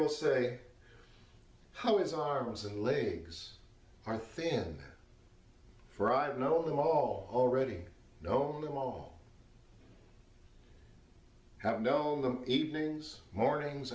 will say how his arms and legs are thin fried know them all already known him all have known them evenings mornings